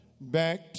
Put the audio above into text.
back